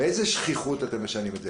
באיזו שכיחות אתם משנים את זה?